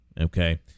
Okay